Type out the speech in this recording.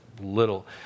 little